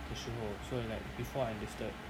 的时候所以 like before I enlisted